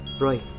Roy